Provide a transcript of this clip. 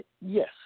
Yes